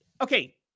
okay